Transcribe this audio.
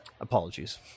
apologies